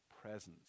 presence